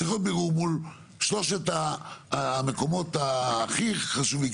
צריך להיות בירור מול שלושת המקומות הכי חשובים.